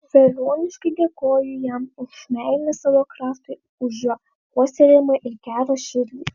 veliuoniškiai dėkoja jam už meilę savo kraštui už jo puoselėjimą ir gerą širdį